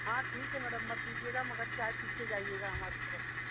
हाँ ठीक है मैडम मत दीजिएगा मगर चाय पी कर जाईएगा हमारी तरफ से